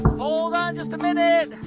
hold on just a minute.